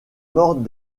mort